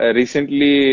recently